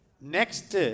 Next